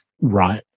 right